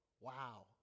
wow